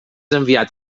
enviat